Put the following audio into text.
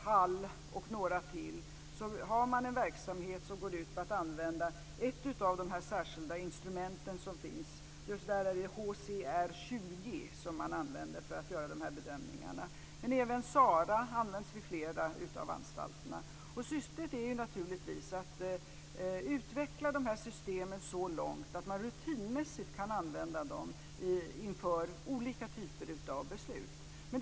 Hall och några till, har man en verksamhet som går ut på att använda ett av de särskilda instrument som finns. Just där är det HCR-20 som man använder för att göra dessa bedömningar. Även SARA används vid flera av anstalterna. Syftet är naturligtvis att utveckla dessa system så långt att man rutinmässigt kan använda dem inför olika typer av beslut.